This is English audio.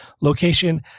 location